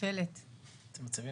מציבים